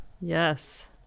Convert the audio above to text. Yes